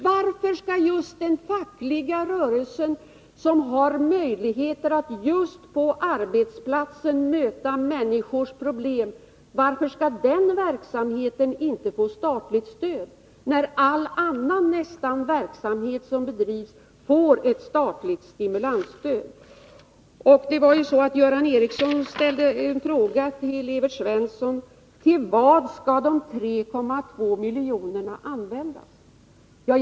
Varför skall just den fackliga rörelsen, som har möjligheter att på arbetsplatsen möta människors problem, inte få statligt stöd när nästan all annan verksamhet får ett statligt stimulansstöd? Göran Ericsson ställde en fråga till Evert Svensson om vad de 3,2 miljonerna skall användas till.